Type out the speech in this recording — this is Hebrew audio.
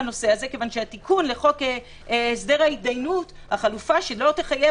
והמזל הוא שכאן השרה וגם נציגת משרד המשפטים הגב'